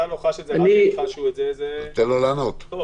אני לא